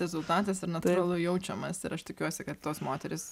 rezultatas ir natūralu jaučiamas ir aš tikiuosi kad tos moterys